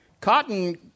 Cotton